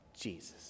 Jesus